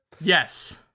Yes